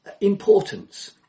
importance